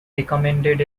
recommended